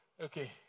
Okay